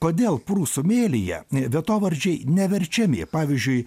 kodėl prūsų mėlyje vietovardžiai neverčiami pavyzdžiui